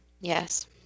Yes